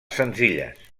senzilles